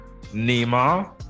neymar